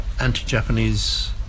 anti-Japanese